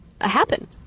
happen